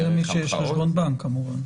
למי שיש חשבון בנק כמובן.